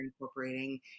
incorporating